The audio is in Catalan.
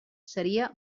seria